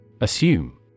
Assume